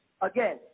again